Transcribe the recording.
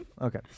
okay